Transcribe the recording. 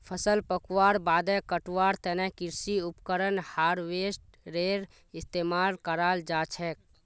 फसल पकवार बादे कटवार तने कृषि उपकरण हार्वेस्टरेर इस्तेमाल कराल जाछेक